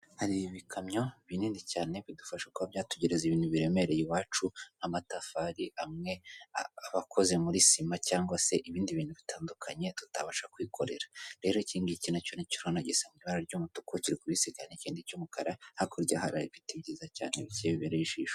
Hari ibikamyo binini cyane bidufasha kuba byatugereza ibintu biremereye iwacu, nk'amatafari amwe aba akoze muri sima cyangwa se ibindi bintu bitandukanye tutabasha kwikorera, rero iki ngiki nacyo urabona gisa nk'ibara ry'umutuku kiri kubisikana n'ikindi cy'umukara, hakurya hari biti byiza cyane bikeye bibereye ijisho.